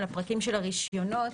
על הפרטים של הרישיונות.